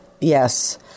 Yes